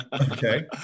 Okay